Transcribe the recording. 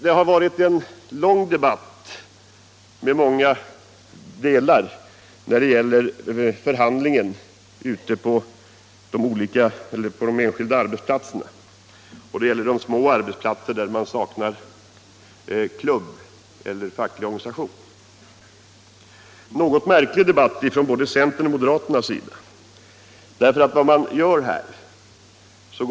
Det har förekommit en lång debatt i olika sammanhang om formerna för förhandlingar ute på de små arbetsplatserna i de fall där man saknar fackklubb eller facklig organisation. Centern och moderaterna har här en något märklig argumentation.